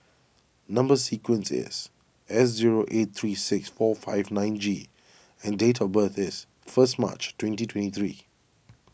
Number Sequence is S zero eight three six four five nine G and date of birth is first March twenty twenty three